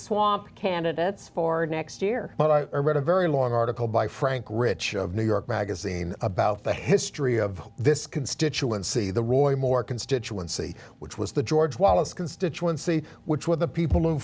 swamp candidates for next year but i read a very long article by frank rich of new york magazine about the history of this constituency the roy moore constituency which was the george wallace constituency which were the people who